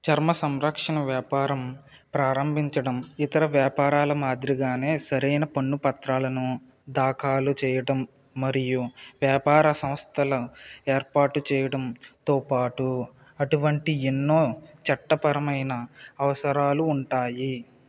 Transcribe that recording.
చర్మ సంరక్షణ వ్యాపారం ప్రారంభించడం ఇతర వ్యాపారాల మాదిరిగానే సరైన పన్ను పత్రాలను దాఖాలు చేయడం మరియు వ్యాపార సంస్థల ఏర్పాటు చేయడంతోపాటు అటువంటి ఎన్నో చట్టపరమైన అవసరాలు ఉంటాయి